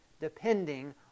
depending